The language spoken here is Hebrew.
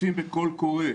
יוצאים בקול קורא,